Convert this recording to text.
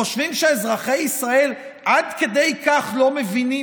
חושבים שאזרחי ישראל עד כדי כך לא מבינים